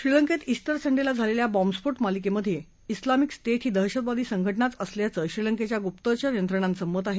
श्रीलंकेत िउंटर संडेला झालेल्या बॉम्बस्फोट मालिकेमधे िलामिक स्टेट ही दहशतवादी संघटनाच असल्याचं श्रीलंकेच्या गुप्तचर यंत्रणांच मत आहे